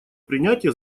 принятия